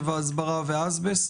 הסברה ואסבסט?